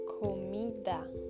comida